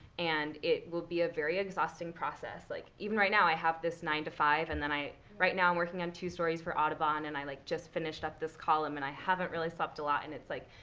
and it will be a very exhausting process. like, even right now, i have this nine zero to five zero, and then i right now, i'm working on two stories for audubon. and i like just finished up this column, and i haven't really slept a lot. and it's like,